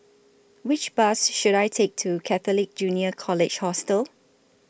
Which Bus should I Take to Catholic Junior College Hostel